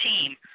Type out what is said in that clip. team